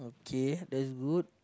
K that's good